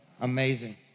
Amazing